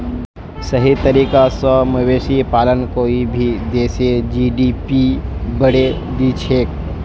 सही तरीका स मवेशी पालन कोई भी देशेर जी.डी.पी बढ़ैं दिछेक